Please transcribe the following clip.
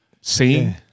seeing